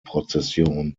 prozession